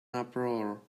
uproar